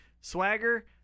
Swagger